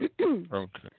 Okay